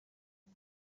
ngo